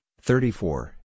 thirty-four